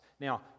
Now